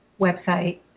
website